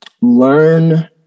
learn